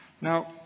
Now